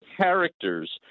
characters